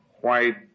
white